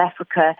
Africa